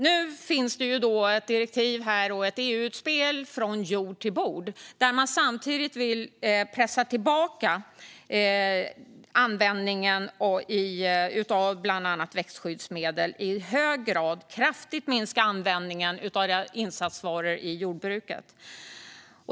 Nu finns det dock ett EU-utspel som heter Från jord till bord, där man samtidigt vill pressa tillbaka användningen av bland annat växtskyddsmedel i hög grad och kraftigt minska användningen av insatsvaror i jordbruket.